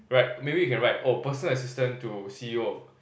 right maybe you can write oh personal assistant to c_e_o of